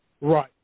Right